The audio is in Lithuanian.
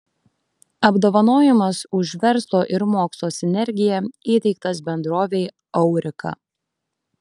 apdovanojimas už verslo ir mokslo sinergiją įteiktas bendrovei aurika